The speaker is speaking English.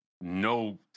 no